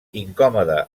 incòmode